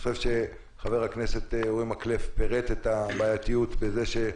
חבר הכנסת אורי מקלב פירט את הבעייתיות בזה שהוא